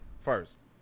First